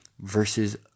versus